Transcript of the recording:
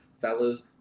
Fellas